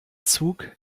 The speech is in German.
zug